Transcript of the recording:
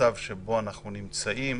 שבמצב שבו אנחנו נמצאים,